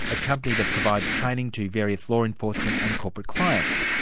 a company that provides training to various law enforcement and corporate clients.